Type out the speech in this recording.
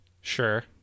Sure